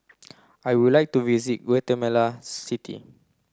I would like to visit Guatemala City